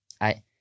I-